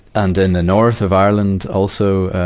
and then the north of ireland, also, ah,